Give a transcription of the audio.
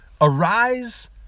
arise